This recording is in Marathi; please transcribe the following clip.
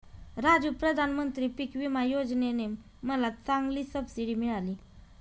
राजू प्रधानमंत्री पिक विमा योजने ने मला चांगली सबसिडी मिळाली